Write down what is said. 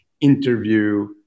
Interview